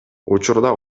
учурда